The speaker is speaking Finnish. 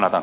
rata